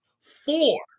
four